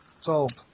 Solved